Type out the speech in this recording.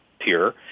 tier